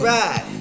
right